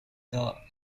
the